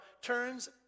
turns